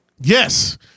Yes